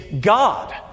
God